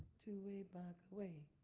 two way back away